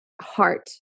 heart